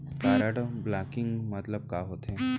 Card blocking मतलब का होथे?